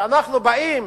כשאנחנו באים,